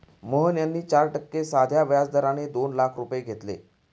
मोहन यांनी चार टक्के साध्या व्याज दराने दोन लाख रुपये घेतले